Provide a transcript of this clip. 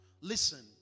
Listen